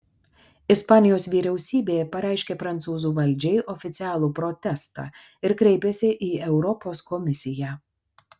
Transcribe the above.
ispanijos vyriausybė pareiškė prancūzų valdžiai oficialų protestą ir kreipėsi į europos komisiją